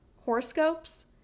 horoscopes